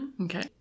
Okay